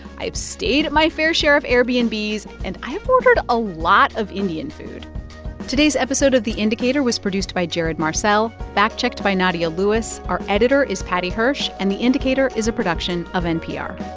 i've stayed at my fair share of airbnbs, and i've ordered a lot of indian food today's episode of the indicator was produced by jared marcelle, fact-checked by nadia lewis, our editor is paddy hirsch, and the indicator is a production of npr